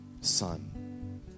son